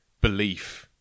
belief